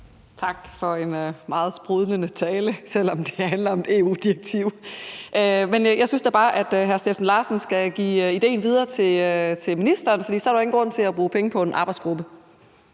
Tak for en meget sprudlende tale, selv om det handler om et EU-direktiv. Men jeg synes da bare, at hr. Steffen Larsen skal give idéen videre til ministeren, for så er der jo ingen grund til at bruge penge på en arbejdsgruppe.